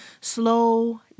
slow